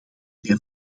ben